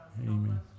Amen